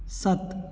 ਸੱਤ